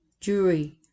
jury